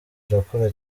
arakora